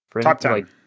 Top-ten